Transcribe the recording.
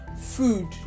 food